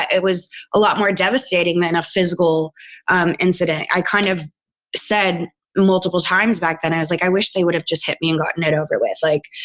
it was a lot more devastating than a physical um incident. i kind of said multiple times back then, i was like, i wish they would have just hit me and gotten it over with. like,